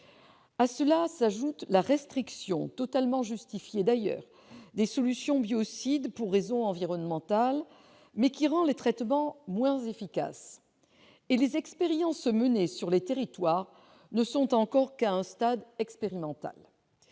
À cela s'ajoute la restriction- totalement justifiée -d'utilisation des solutions biocides pour raisons environnementales, mais qui rend les traitements moins efficaces. Et les essais menés sur les territoires n'en sont encore qu'à un stade expérimental.